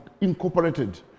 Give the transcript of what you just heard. incorporated